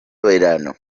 verano